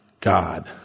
God